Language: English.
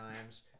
Times